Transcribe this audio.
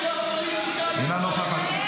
אינה נוכחת.